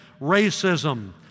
racism